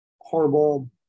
horrible –